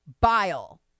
bile